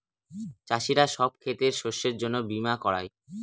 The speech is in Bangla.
চাষীরা সব ক্ষেতের শস্যের জন্য বীমা করায়